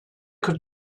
kırk